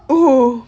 oh